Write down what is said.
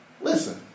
Listen